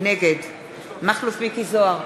נגד מכלוף מיקי זוהר,